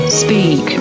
speak